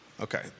Okay